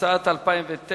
התשס"ט 2009,